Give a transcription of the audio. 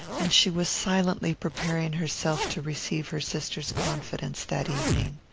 and she was silently preparing herself to receive her sister's confidence that evening.